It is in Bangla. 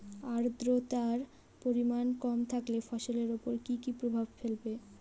আদ্রর্তার পরিমান কম থাকলে ফসলের উপর কি কি প্রভাব ফেলবে?